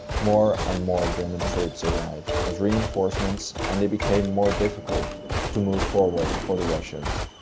more and more german troops arrived as reinforcements and it became more difficult to move forward for the russians.